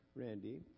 Randy